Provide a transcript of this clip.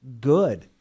Good